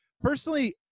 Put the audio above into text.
Personally